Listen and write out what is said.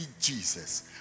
Jesus